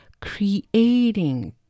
creating